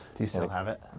do you still have it?